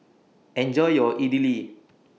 Enjoy your Idili